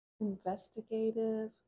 Investigative